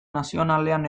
nazionalean